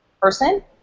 person